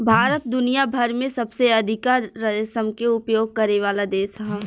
भारत दुनिया भर में सबसे अधिका रेशम के उपयोग करेवाला देश ह